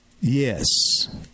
Yes